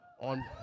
on